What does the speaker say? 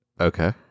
Okay